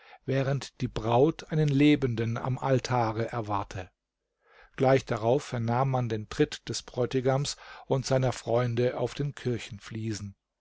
während die braut einen lebenden am altare erwarte gleich darauf vernahm man den tritt des bräutigams und seiner freunde auf den